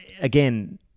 again